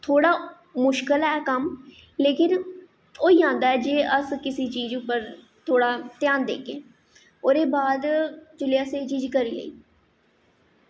थोह्ड़ा मुशकल ऐ कम्म लेकिन होई जंदा ऐ जे अस किसी चीज उप्पर ध्यान देगे ओह्दे बाद जेल्लै असें एह् चीज करी लेई